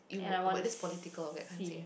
and I want to see